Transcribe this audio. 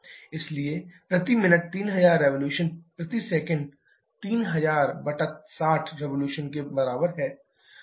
video समाप्त होता है 0735 इसलिए प्रति मिनट 3000 रिवोल्यूशन प्रति सेकंड 300060 रिवोल्यूशन के बराबर हैं